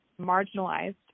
marginalized